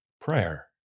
Prayer